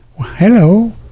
hello